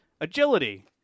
Agility